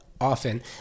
often